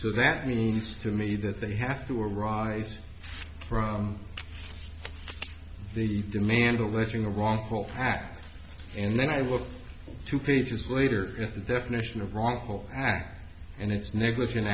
so that means to me that they have to arise from the demand alleging a wrongful act and then i will two pages later is the definition of wrongful act and it's negligent